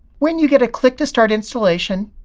when you get a click to start installation,